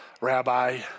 rabbi